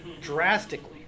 drastically